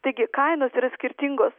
taigi kainos yra skirtingos